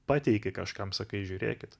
pateiki kažkam sakai žiūrėkit